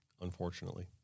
Unfortunately